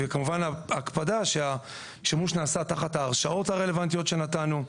וכמובן ההקפדה שהשימוש נעשה תחת ההרשאות הרלוונטיות שנתנו,